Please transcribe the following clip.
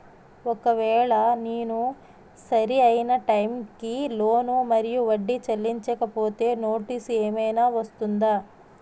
ఒకవేళ నేను సరి అయినా టైం కి లోన్ మరియు వడ్డీ చెల్లించకపోతే నోటీసు ఏమైనా వస్తుందా?